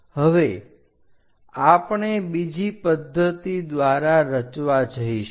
હવે આપણે બીજી પદ્ધતિ દ્વારા રચવા જઈશું